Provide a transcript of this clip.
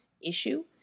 issue